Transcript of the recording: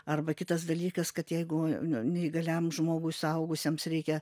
arba kitas dalykas kad jeigu neįgaliam žmogui suaugusiems reikia